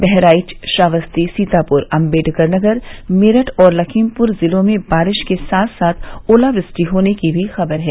बहराइच श्रावस्ती सीतापुर अम्बेडकरनगर मेरठ और लखीमपुर जिलों में बारिश के साथ साथ ओलावृष्टि होने की भी खबर है